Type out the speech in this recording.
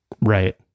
Right